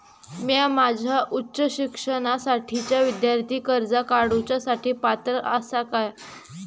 म्या माझ्या उच्च शिक्षणासाठीच्या विद्यार्थी कर्जा काडुच्या साठी पात्र आसा का?